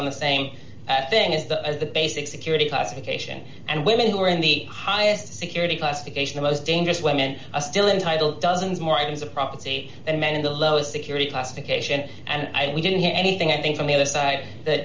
on the same thing as the as the basic security classification and women who are in the highest security classification the most dangerous women are still in title dozens more items of property and men in the lowest security classification and we didn't hear anything i think from the other side th